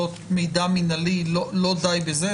האם לא די בזה?